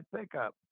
pickup